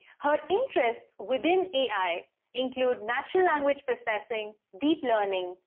her interests within ai include natural language processing, deep learning,